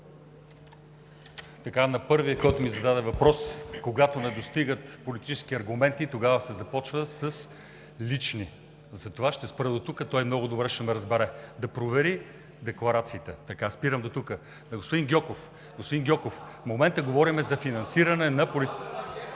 На първия, който ми зададе въпрос: когато не достигат политически аргументи, тогава се започва с лични. Затова ще спра до тук, той много добре ще ме разбере. Да провери декларациите. Спирам до тук. Господин Гьоков, в момента говорим за политическите партии.